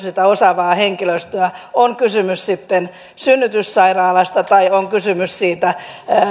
sitä osaavaa henkilöstöä on kysymys sitten synnytyssairaalasta tai on kysymys siitä